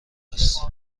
است